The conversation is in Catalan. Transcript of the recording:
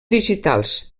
digitals